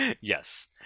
Yes